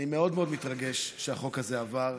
אני מאוד מאוד מתרגש שהחוק הזה עבר.